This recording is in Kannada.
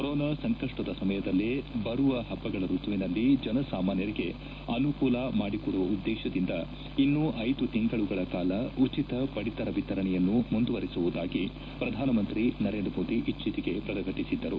ಕೊರೋನಾ ಸಂಕಪ್ಟದ ಸಮಯದಲ್ಲೇ ಬರುವ ಹಬ್ಬಗಳ ಋತುವಿನಲ್ಲಿ ಜನಸಾಮಾನ್ಯರಿಗೆ ಅನುಕೂಲ ಮಾಡಿಕೊಡುವ ಉದ್ದೇಶದಿಂದ ಇನ್ನೂ ಐದು ತಿಂಗಳುಗಳ ಕಾಲ ಉಚಿತ ಪಡಿತರ ವಿತರಣೆಯನ್ನು ಮುಂದುವರೆಸುವುದಾಗಿ ಪ್ರಧಾನಮಂತ್ರಿ ನರೇಂದ್ರ ಮೋದಿ ಇತ್ತೀಚಿಗೆ ಪ್ರಕಟಿಸಿದ್ದರು